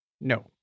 No